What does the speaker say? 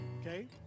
okay